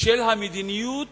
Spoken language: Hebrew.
של המדיניות